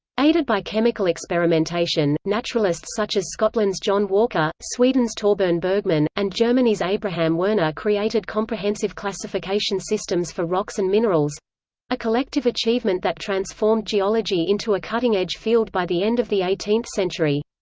aided by chemical experimentation, naturalists such as scotland's john walker, sweden's torbern bergman, and germany's abraham werner created comprehensive classification systems for rocks and minerals a collective achievement that transformed geology into a cutting edge field by the end of the eighteenth century.